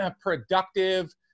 productive